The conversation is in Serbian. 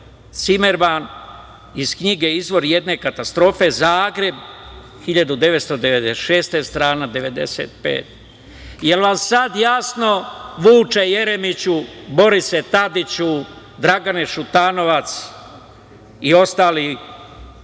Cimerman iz knjige „Izvor jedne katastrofe“, Zagreb, 1996. godine, strana 95. Jel vam sad jasno, Vuče Jeremiću, Borise Tadiću, Dragane Šutanovac i ostali,